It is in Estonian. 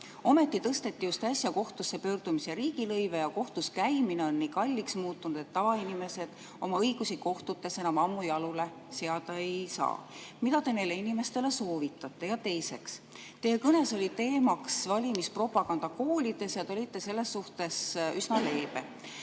Ometi tõsteti just äsja kohtusse pöördumise riigilõive ja kohtus käimine on nii kalliks muutunud, et tavainimesed oma õigusi kohtutes enam ammu jalule seada ei saa. Mida te neile inimestele soovitate? Teiseks. Teie kõnes oli teemaks valimispropaganda koolides ja te olite selles suhtes üsna leebe.